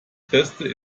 beste